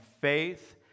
faith